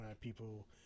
people